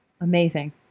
amazing